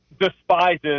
despises